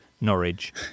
Norwich